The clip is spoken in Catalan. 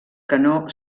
canó